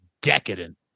decadent